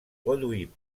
produite